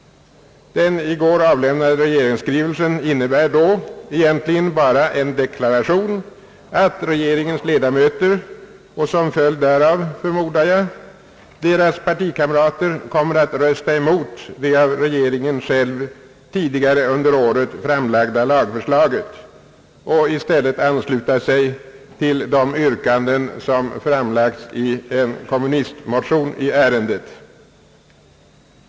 Den i går avlämnade regeringsskrivelsen innebär då egentligen bara en deklaration att regeringens ledamöter, och som följd därav, förmodar jag, deras partikamrater, kommer att rösta emot det av regeringen själv tidigare under året framlagda lagförslaget och i stället ansluta sig till de yrkanden som framlagts i en kommunistmotion i ärendet.